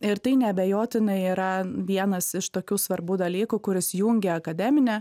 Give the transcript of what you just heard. ir tai neabejotinai yra vienas iš tokių svarbių dalykų kuris jungia akademine